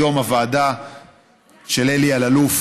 היום הוועדה של אלי אלאלוף